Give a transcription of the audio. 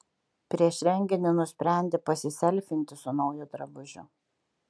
prieš renginį nusprendė pasiselfinti su nauju drabužiu